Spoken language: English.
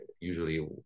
usually